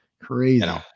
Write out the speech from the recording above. crazy